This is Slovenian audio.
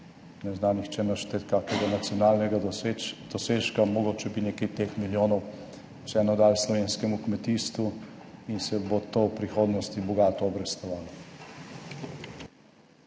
ne zna nihče našteti kakšnega nacionalnega dosežka, mogoče bi nekaj teh milijonov vseeno dalo slovenskemu kmetijstvu in se bo to v prihodnosti bogato obrestovalo.